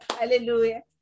hallelujah